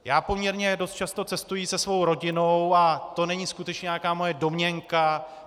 Já poměrně dost často cestuji se svou rodinou a to není skutečně nějaká moje domněnka.